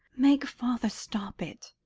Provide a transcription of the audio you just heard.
make father stop it.